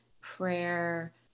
prayer